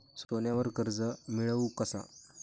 सोन्यावर कर्ज मिळवू कसा?